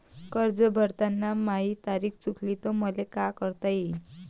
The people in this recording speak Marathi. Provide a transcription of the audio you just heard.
कर्ज भरताना माही तारीख चुकली तर मले का करता येईन?